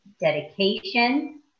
dedication